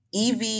EV